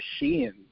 machine